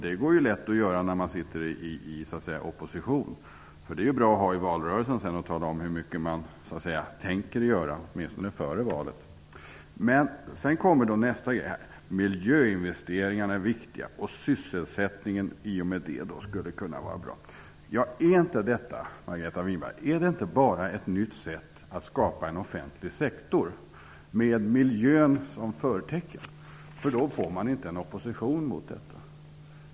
Det går lätt att göra när man sitter i opposition. Det är bra att ha i valrörelsen sedan, för att tala om hur mycket man tänker göra, åtminstone före valet. Sedan kommer nästa grej: Miljöinvesteringarna är viktiga, och sysselsättningen i och med dem skulle kunna vara bra. Är inte detta, Margareta Winberg, bara ett nytt sätt att skapa en offentlig sektor, med miljön som förtecken? Då får man inte opposition mot detta.